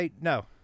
No